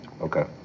Okay